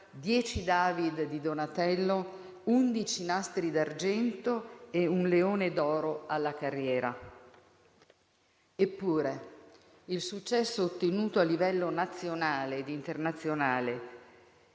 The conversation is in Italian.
10 David di Donatello, 11 Nastri d'argento e un Leone d'oro alla carriera. Eppure il successo ottenuto a livello nazionale e internazionale,